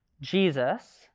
Jesus